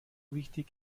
wichtig